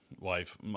wife